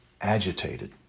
agitated